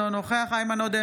אינו נוכח איימן עודה,